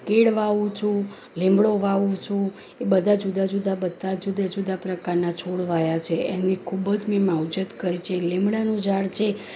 કેળ વાવું છું લીમડો વાવું છું એ બધાં જુદા જુદા બધાં જ જુદા જુદા પ્રકારના છોડ વાવ્યા છે એની ખૂબ જ મેં માવજત કરી છે લીમડાનું ઝાડ છે